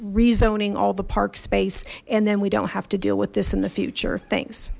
rezoning all the park space and then we don't have to deal with this in the future things